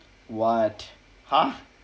what half